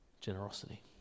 Generosity